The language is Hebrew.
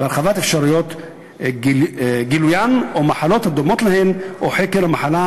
והרחבת אפשרות גילוין או מחלות הדומות להן או חקר מחלה